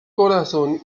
corazón